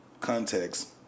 context